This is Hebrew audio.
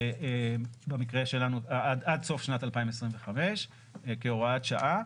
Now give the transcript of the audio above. במקרה שלנו עד סוף שנת 2025 כהוראת שעה,